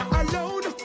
alone